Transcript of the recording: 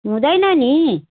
हुँदैन नि